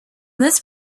this